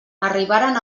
arribaren